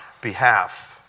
behalf